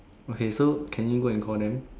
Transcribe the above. okay so can you go and call them